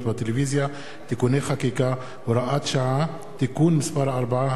בטלוויזיה) (תיקוני חקיקה) (הוראות שעה) (תיקון מס' 4),